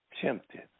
tempted